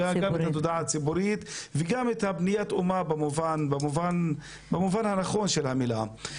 גם את התודעה הציבורית וגם את בניית האומה במובן הנכון של המילה.